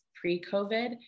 pre-COVID